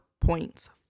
points